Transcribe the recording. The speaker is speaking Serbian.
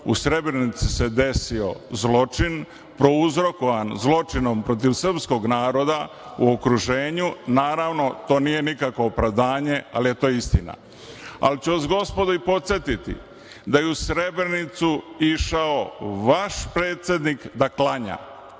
U Srebrenici se desio zločin prouzrokovan zločinom protiv srpskog naroda u okruženju. Naravno, to nije nikakvo opravdanje, ali je to istina. Ali ću vas, gospodo, podsetiti da je u Srebrenicu išao vaš predsednik da klanja,